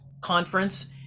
conference